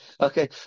Okay